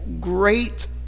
great